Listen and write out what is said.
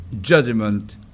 judgment